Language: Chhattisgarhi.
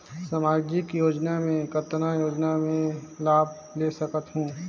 समाजिक योजना मे कतना योजना मे लाभ ले सकत हूं?